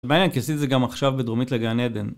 זה עניין כי עשיתי את זה גם עכשיו בדרומית לגן עדן